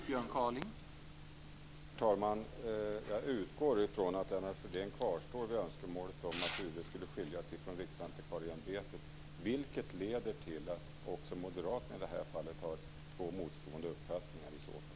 Herr talman! Jag utgår från att Lennart Fridén kvarstår vid önskemålet att UV skall skiljas från Riksantikvarieämbetet. Det leder i så fall till att också moderaterna i det här fallet har två motstående uppfattningar.